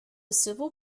civil